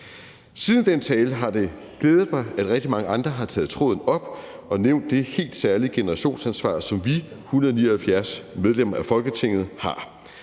Siden den tale har det glædet mig, at rigtig mange andre har taget tråden op og nævnt det helt særlige generationsansvar, som vi 179 medlemmer af Folketinget har.